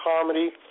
comedy